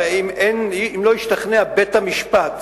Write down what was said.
הרי אם לא השתכנע בית-המשפט